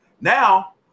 Now